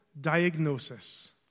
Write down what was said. diagnosis